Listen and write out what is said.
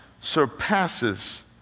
surpasses